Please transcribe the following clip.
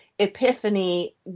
epiphany